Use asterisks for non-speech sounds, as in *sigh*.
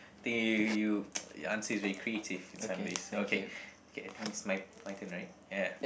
think you you *noise* your answer is very creative time base okay okay I think it's my my turn right ya